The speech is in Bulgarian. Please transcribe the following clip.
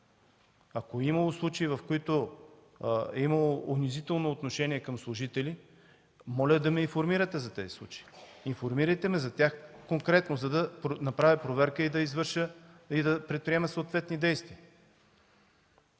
Ако е имало случаи, в които е имало унизително отношение към служители, моля да ме информирате за тях. Информирайте ме конкретно, за да направя проверка и да предприема съответни действия.